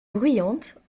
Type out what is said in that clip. bruyante